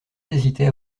hésiter